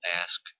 ask